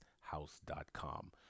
House.com